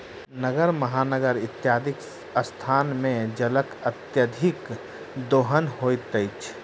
नगर, महानगर इत्यादिक स्थान मे जलक अत्यधिक दोहन होइत अछि